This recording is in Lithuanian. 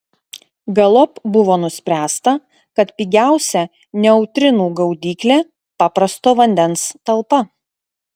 galop buvo nuspręsta kad pigiausia neutrinų gaudyklė paprasto vandens talpa